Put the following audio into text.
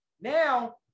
Now